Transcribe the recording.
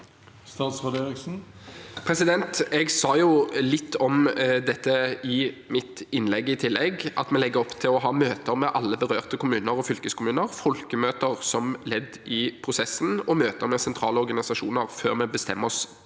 Bjelland Eriksen Jeg sa jo litt om dette i mitt innlegg. Vi legger opp til å ha møter med alle berørte kommuner og fylkeskommuner, folkemøter som ledd i prosessen, og møter med sentrale organisasjoner før vi bestemmer oss for